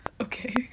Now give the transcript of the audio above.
Okay